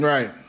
Right